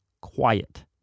quiet